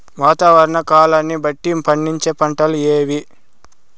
వాతావరణ కాలాన్ని బట్టి పండించే పంటలు ఏవి?